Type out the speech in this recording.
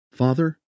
Father